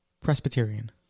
Presbyterian